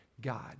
God